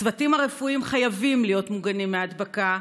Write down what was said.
הצוותים הרפואיים חייבים להיות מוגנים מהדבקה,